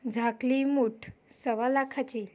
झाकली मूठ सव्वा लाखाची